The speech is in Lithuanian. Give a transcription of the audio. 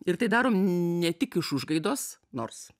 ir tai darom ne tik iš užgaidos nors